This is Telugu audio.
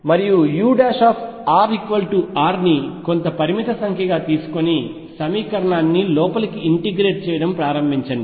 మరియు urR ని కొంత పరిమిత సంఖ్యగా తీసుకొని సమీకరణాన్ని లోపలికి ఇంటిగ్రేట్ చేయడం ప్రారంభించండి